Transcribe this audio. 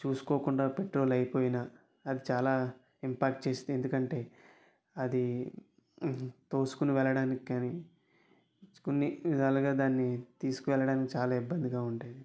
చూసుకోకుండా పెట్రోల్ అయిపోయినా అది చాలా ఇంపాక్ట్ చేస్తుంది ఎందుకంటే అది తోసుకొని వెళ్ళడానికి కానీ కొన్ని విధాలగా దాన్ని తీసుకు వెళ్ళడానికి చాలా ఇబ్బందిగా ఉండేది